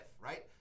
right